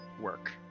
work